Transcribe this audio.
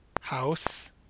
House